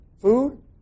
Food